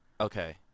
Okay